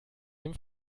dem